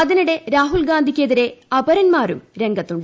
അതിനിടെ രാഹുൽ ഗാന്ധിക്കെതിരെ അപരന്മാരും രംഗത്തുണ്ട്